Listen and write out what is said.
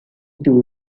two